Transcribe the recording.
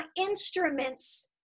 instruments